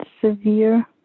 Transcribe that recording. severe